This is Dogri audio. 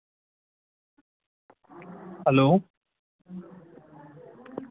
हैल्लो